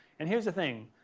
and here's the thing.